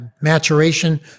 maturation